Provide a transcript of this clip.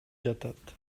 жатат